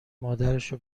مادرشو